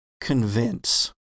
convince